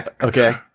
Okay